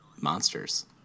Monsters